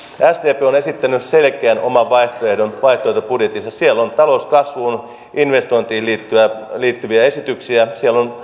sdp on esittänyt selkeän oman vaihtoehdon vaihtoehtobudjetissaan siellä on talouskasvuun investointiin liittyviä esityksiä siellä on